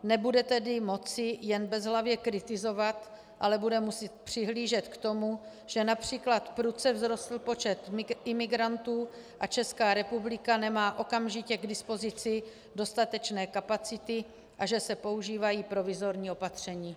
Nebude tedy moci jen bezhlavě kritizovat, ale bude muset přihlížet k tomu, že například prudce vzrostl počet imigrantů a Česká republika nemá okamžitě k dispozici dostatečné kapacity a že se používají provizorní opatření.